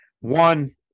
one